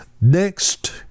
Next